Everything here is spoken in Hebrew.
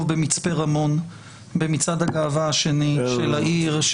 במצפה רמון במצעד הגאווה השני של העיר,